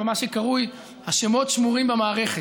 אבל זה מה שקרוי: השמות שמורים במערכת.